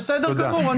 בסדר גמור.